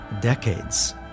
decades